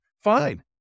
Fine